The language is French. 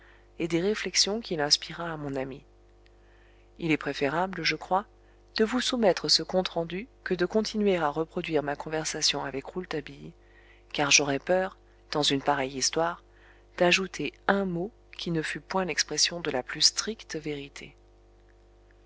et des réflexions qu'il inspira à mon ami il est préférable je crois de vous soumettre ce compte rendu que de continuer à reproduire ma conversation avec rouletabille car j'aurais peur dans une pareille histoire d'ajouter un mot qui ne fût point l'expression de la plus stricte vérité